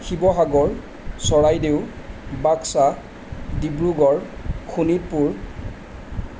Sivasagar Charaideo Baksa Dibrugarh Sonitpur